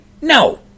No